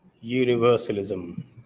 Universalism